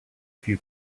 few